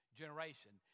generation